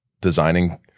designing